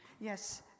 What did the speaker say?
Yes